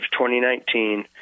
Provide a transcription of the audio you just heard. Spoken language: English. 2019